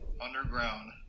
Underground